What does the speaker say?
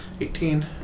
Eighteen